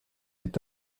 est